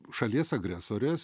šalies agresorės